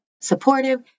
supportive